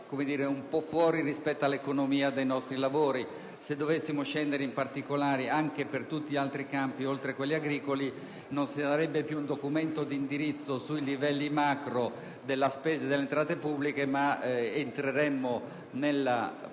un po' fuori luogo rispetto all'economia dei nostri lavori. Se dovessimo scendere in particolari per tutti gli altri campi, oltre che per quello agricolo, non si avrebbe più un documento di indirizzo sui livelli macro della spesa e delle entrate pubbliche, ma entreremmo nella